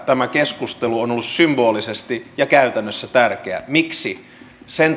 tämä keskustelu on ollut symbolisesti ja käytännössä tärkeä miksi sen